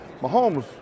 Mahomes